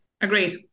Agreed